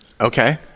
Okay